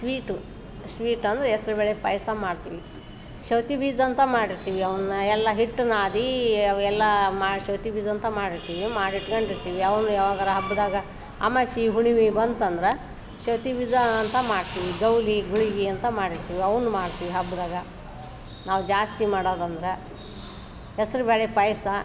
sweet sweet ಅಂದರೆ ಹೆಸ್ರು ಬೇಳೆ ಪಾಯಸ ಮಾಡ್ತೀವಿ ಸೌತಿ ಬೀಜ ಅಂತ ಮಾಡಿರ್ತೀವಿ ಅವನ್ನ ಎಲ್ಲ ಹಿಟ್ಟು ನಾದೀ ಅವು ಎಲ್ಲ ಮಾಡಿಸಿ ಸೌತಿ ಬೀಜ ಅಂತ ಮಾಡಿರ್ತೀವಿ ಮಾಡಿ ಇಟ್ಕೊಂಡಿರ್ತಿವಿ ಅವ್ನ ಯಾವಾಗರ ಹಬ್ಬದಾಗ ಅಮಾವಾಸೆ ಹುಣ್ಮೆ ಬಂತಂದ್ರೆ ಸೌತಿ ಬೀಜಾ ಅಂತ ಮಾಡ್ತೀವಿ ಗೌಲಿ ಗುಳಿಗೆ ಅಂತ ಮಾಡಿರ್ತೀವಿ ಅವ್ನ ಮಾಡ್ತೀವಿ ಹಬ್ಬದಾಗ ನಾವು ಜಾಸ್ತಿ ಮಾಡೋದಂದ್ರೆ ಹೆಸರು ಬೇಳೆ ಪಾಯಸ